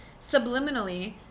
subliminally